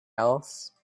else